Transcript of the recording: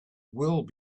will